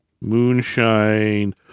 Moonshine